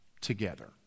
together